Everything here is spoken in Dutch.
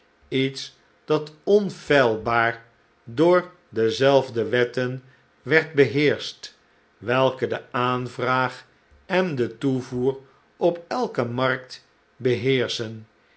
iets dat onfeilbaar door dezelfde wetten werd beheerscht welke de aanvraag en den toevoer op elke markt beheerschen